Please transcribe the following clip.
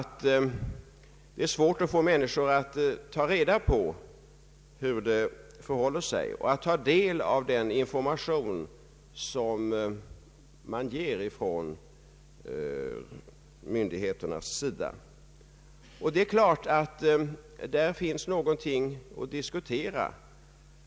Det är svårt att få människor att ta reda på hur det förhåller sig och att ta del av den information som myndigheterna lämnar. Det är klart att där finns någonting att diskutera.